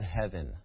heaven